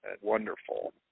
Wonderful